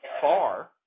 far